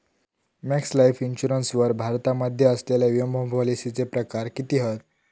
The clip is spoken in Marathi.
मॅक्स लाइफ इन्शुरन्स वर भारतामध्ये असलेल्या विमापॉलिसीचे प्रकार किती हत?